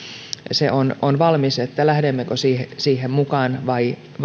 se on on valmis lähdemmekö siihen siihen mukaan vai